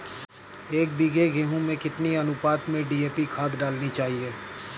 एक बीघे गेहूँ में कितनी अनुपात में डी.ए.पी खाद डालनी चाहिए?